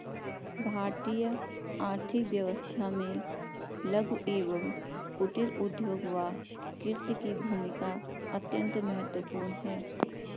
भारतीय आर्थिक व्यवस्था में लघु एवं कुटीर उद्योग व कृषि की भूमिका अत्यंत महत्वपूर्ण है